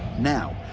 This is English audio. now,